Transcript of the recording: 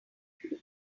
hungry